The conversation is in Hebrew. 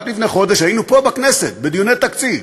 רק לפני חודש היינו פה בכנסת בדיוני תקציב,